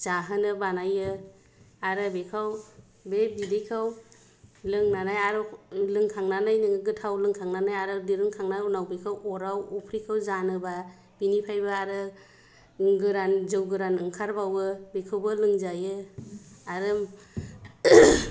जाहोनो बानायो आरो बेखौ बे बिदैखौ लोंनानै आरो लोंखांनानै गोथाव लोंखांनानै आरो दिरुनखांनानै उनाव बेखौ अराव अफ्रिखौ जानोबा बेनिफ्रायबो आरो गोरान जौ गोरान ओंखारबावो बेखौबो लोंजायो आरो